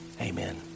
amen